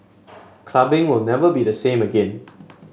clubbing will never be the same again